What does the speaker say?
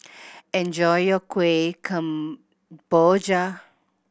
enjoy your Kueh Kemboja